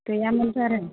गैयामोनथ' आरो